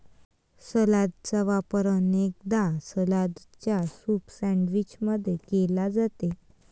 सलादचा वापर अनेकदा सलादच्या सूप सैंडविच मध्ये केला जाते